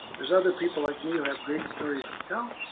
there's other people like me who have great stories to tell,